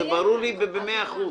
זה ברור לי במאה אחוז.